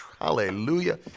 Hallelujah